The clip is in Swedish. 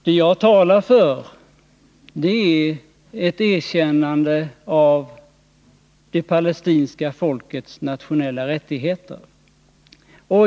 Vad jag talar för är ett erkännande av det palestinska folkets nationella rättigheter.